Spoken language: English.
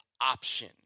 option